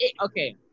Okay